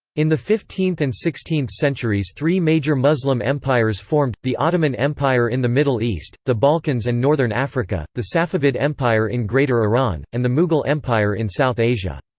in the fifteenth and sixteenth centuries three major muslim empires formed the ottoman empire in the middle east, the balkans and northern africa the safavid empire in greater iran and the mughal empire in south asia.